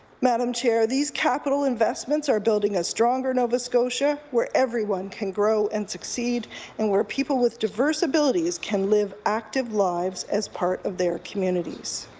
madam chair, these capital investments are building a stronger nova scotia where everyone can grow and succeed and where people with diverse abilities can live active lives as part of their communities.